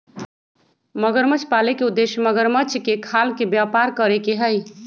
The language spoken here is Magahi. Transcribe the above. मगरमच्छ पाले के उद्देश्य मगरमच्छ के खाल के व्यापार करे के हई